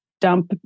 dump